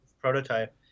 prototype